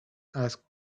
asked